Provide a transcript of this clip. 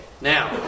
now